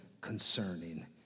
concerning